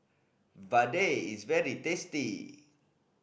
vadai is very tasty